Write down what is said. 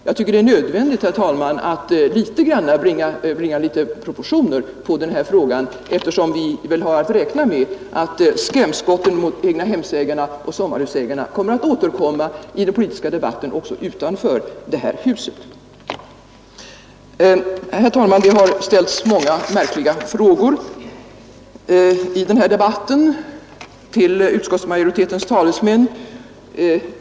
Jag tycker det är nödvändigt, herr talman, att bringa ner frågan till dess rätta proportioner, eftersom vi väl har att räkna med att skrämskotten mot egnahemsägarna och sommarhemsägarna återkommer i den politiska debatten också utanför det här huset. Herr talman! Det har i debatten ställts många och märkliga frågor till utskottsmajoritetens talesmän.